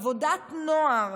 עבודת נוער,